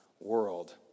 world